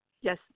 Yes